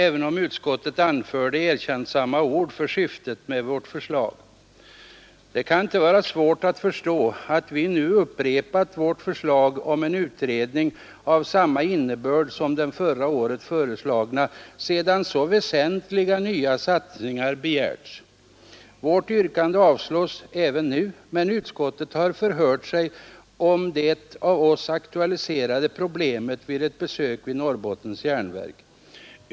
även om utskottet anförde erkännsamma ord om Det kan inte vara svårt att förstå att vi nu upprepat vårt förslag om en utredning av samma innebörd som den förra året föreslagna, sedan så väsentliga nya satsningar begärts. Vårt yrkande avslås även nu, men utskottet har förhört sig om det av oss aktualiserade problemet vid ett besök vid Norrbottens järnverk.